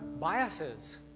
biases